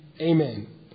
amen